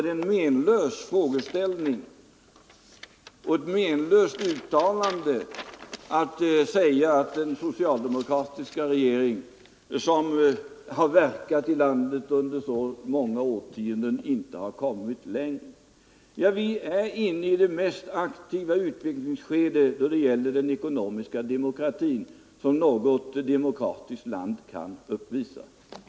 Det är menlöst att säga att den socialdemokratiska regeringen som verkat i landet under så många årtionden inte har kommit längre. Vi befinner oss mitt uppe i det mest aktiva utvecklingsskede då det gäller den ekonomiska demokratin som något demokratiskt land kan uppvisa.